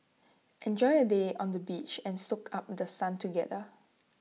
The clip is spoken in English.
enjoy A day on the beach and soak up The Sun together